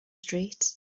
street